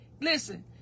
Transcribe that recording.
Listen